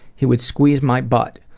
he would squeeze my butt.